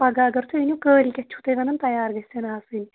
پگہہ اگر تُہۍ أنِو کٲلکِیَتھ چھُو تۄہہِ وَنَن تیار گژھن آسٕنۍ